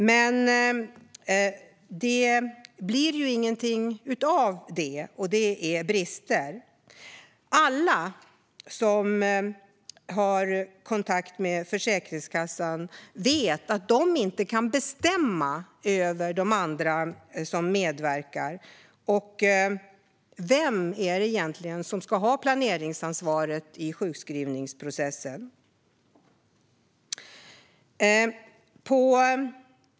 Men det blir inget av detta, och det är en brist. Alla som har kontakt med Försäkringskassan vet att man där inte kan bestämma över de andra som medverkar. Vem är det egentligen som ska ha planeringsansvaret i sjukskrivningsprocessen?